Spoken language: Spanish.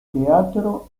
teatro